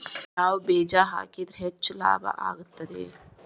ಯಾವ ಬೇಜ ಹಾಕಿದ್ರ ಹೆಚ್ಚ ಲಾಭ ಆಗುತ್ತದೆ?